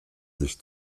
sich